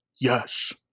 Yes